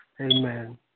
Amen